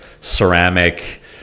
ceramic